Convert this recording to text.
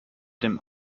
dem